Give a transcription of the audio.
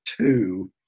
two